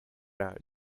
are